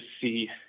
see